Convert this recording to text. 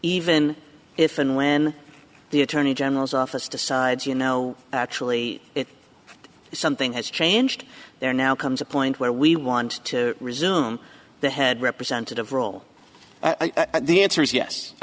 even if and when the attorney general's office decides you know actually it something has changed there now comes a point where we want to resume the head representative role the answer is yes i